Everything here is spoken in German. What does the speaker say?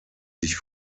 sich